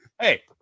Hey